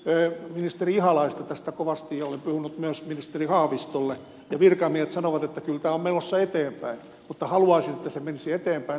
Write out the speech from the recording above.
olen ministeri ihalaiselle tästä kovasti puhunut ja olen puhunut myös ministeri haavistolle ja virkamiehetkin sanovat että kyllä tämä on menossa eteenpäin mutta haluaisin että se menisi eteenpäin todella kunnolla